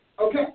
Okay